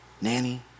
nanny